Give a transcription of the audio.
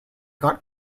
got